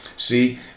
See